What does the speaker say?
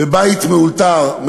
בבית מאולתר,